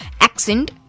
accent